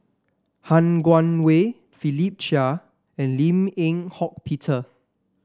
Han Guangwei Philip Chia and Lim Eng Hock Peter